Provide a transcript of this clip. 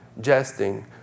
jesting